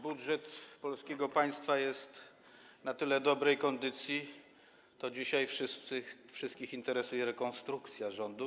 Budżet polskiego państwa jest w na tyle dobrej kondycji, że dzisiaj wszystkich interesuje rekonstrukcja rządu.